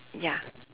ya